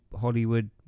Hollywood